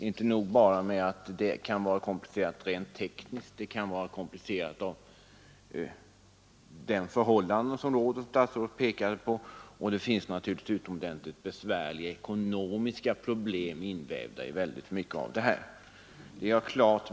Inte nog med att det kan vara komplicerat rent tekniskt, det kan också vara komplicerat av de förhållanden som råder, vilket statsrådet framhöll, och det finns naturligtvis utomordentligt besvärliga ekonomiska problem invävda i väldigt mycket av detta.